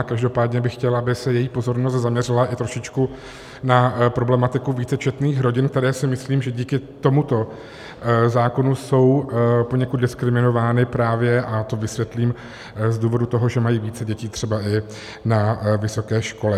Každopádně bych chtěl, aby se její pozornost zaměřila trošičku i na problematiku vícečetných rodin, které si myslím, že díky tomuto zákonu jsou poněkud diskriminovány, a to vysvětlím: z důvodu toho, že mají více dětí, třeba i na vysoké škole.